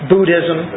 Buddhism